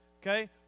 okay